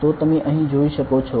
તો તમે અહીં જોઈ શકો છો